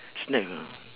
snack ah